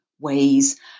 ways